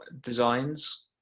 designs